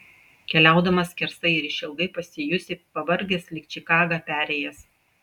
keliaudamas skersai ir išilgai pasijusi pavargęs lyg čikagą perėjęs